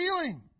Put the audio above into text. feeling